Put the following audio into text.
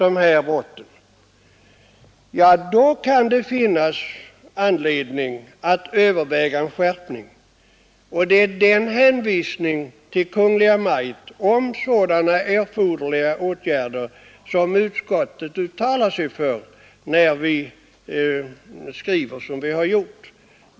Det torde emellertid vara så att redan nuvarande preskriptionstid av två år i stort sett har varit Vissa jaktfrågor Oe brotten, kan det finnas anledning att överväga en skärpning. Det är en hänvisning härtill som utskottet avser, när utskottet skriver som vi har gjort att utskottet förutsätter att Kungl. Maj:t vidtar erforderliga åtgärder.